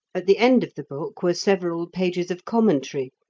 at the end of the book were several pages of commentary,